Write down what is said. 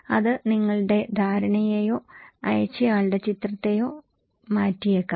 അത് നിങ്ങളുടെ ധാരണയെയോ അയച്ചയാളുടെ ചിത്രത്തെയോ മാറ്റിയേക്കാം